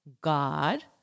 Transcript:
God